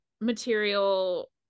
material